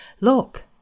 Look